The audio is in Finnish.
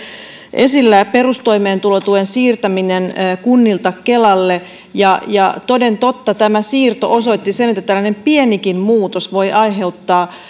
esillä myös perustoimeentulotuen siirtäminen kunnilta kelalle ja ja toden totta tämä siirto osoitti sen että tällainen pienikin muutos voi aiheuttaa